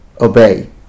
obey